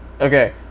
Okay